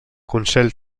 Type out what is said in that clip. consell